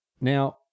Now